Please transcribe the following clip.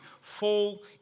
fall